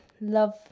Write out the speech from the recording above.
Love